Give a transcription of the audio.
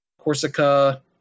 corsica